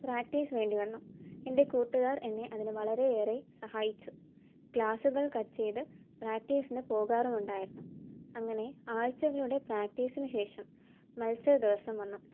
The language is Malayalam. പ്രാക്ടീസ് വേണ്ടി വന്നു എൻ്റെ കൂട്ടുകാർ എന്നെ അതിനു വളരെ ഏറെ സഹായിച്ചു ക്ലാസുകൾ കട്ട് ചെയ്ത് പ്രാക്ടീസിനു പോകാറും ഉണ്ടായിരുന്നു അങ്ങനെ ആഴ്ചകളുടെ പ്രാക്ടീസിനു ശേഷം മത്സര ദിവസം വന്നു